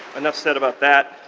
enough said about that.